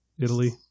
Italy